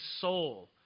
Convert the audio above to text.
soul